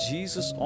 Jesus